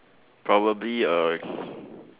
probably a